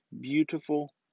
beautiful